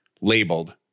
labeled